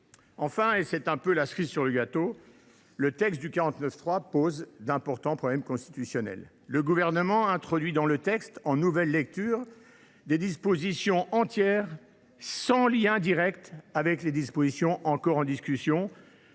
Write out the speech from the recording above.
Enfin, et c’est un peu la cerise sur le gâteau, le texte du 49.3 pose d’importants problèmes constitutionnels. En nouvelle lecture, le Gouvernement a introduit dans le texte des dispositions entières sans lien direct avec les dispositions encore en discussion,